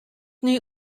nei